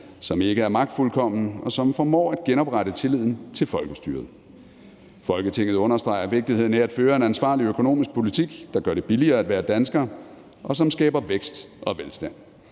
som ikke er magtfuldkomment, og som formår at genoprette tilliden til folkestyret. Folketinget understreger vigtigheden af at føre en ansvarlig økonomisk politik, der gør det billigere at være dansker, og som skaber vækst og velstand.